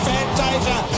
Fantasia